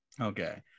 okay